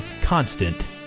constant